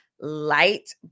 light